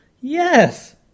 Yes